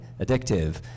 addictive